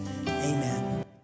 amen